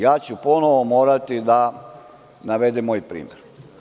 Ja ću ponovo morati da navedem moj primer.